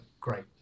great